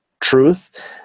truth